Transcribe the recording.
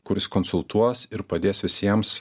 kuris konsultuos ir padės visiems